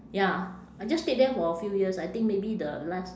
ya I just stayed there for a few years I think maybe the last